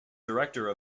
director